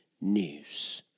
news